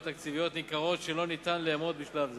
תקציביות ניכרות שלא ניתן לאמוד בשלב זה.